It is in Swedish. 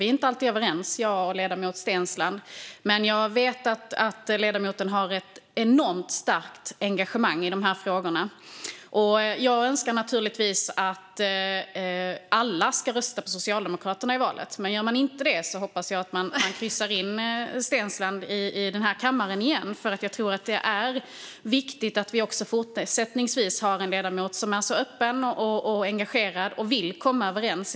Vi är inte alltid överens, men jag vet att ledamoten Steensland har ett enormt starkt engagemang i dessa frågor. Jag önskar naturligtvis att alla ska rösta på Socialdemokraterna i valet, men gör man inte det hoppas jag att man kryssar in Steensland i denna kammare igen. Jag tror att det är viktigt att vi också fortsättningsvis har en ledamot som är så öppen och engagerad och vill komma överens.